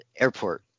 airport